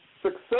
Success